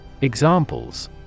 Examples